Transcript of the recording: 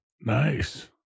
nice